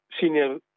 senior